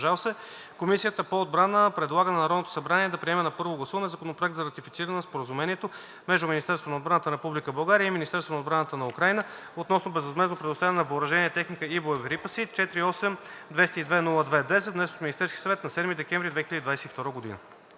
Комисията по отбрана предлага на Народното събрание да приеме на първо гласуване Законопроект за ратифициране на Споразумението между Министерството на отбраната на Република България и Министерството на отбраната на Украйна относно безвъзмездно предоставяне на въоръжение, техника и боеприпаси, № 48-202-02-10, внесен от Министерския съвет на 7 декември 2022 г.“